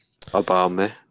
Obama